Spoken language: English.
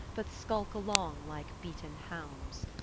but skulk along like beaten hounds.